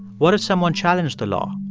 what if someone challenged the law,